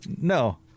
No